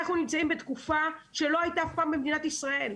אנחנו נמצאים בתקופה שלא הייתה אף פעם במדינת ישראל.